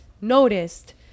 noticed